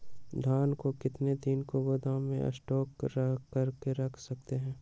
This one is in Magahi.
धान को कितने दिन को गोदाम में स्टॉक करके रख सकते हैँ?